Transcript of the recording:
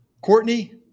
Courtney